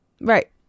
right